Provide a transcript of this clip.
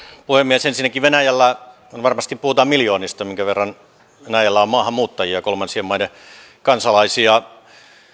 puhemies ensinnäkin venäjällä varmasti puhutaan miljoonista minkä verran venäjällä on maahanmuuttajia kolmansien maiden kansalaisia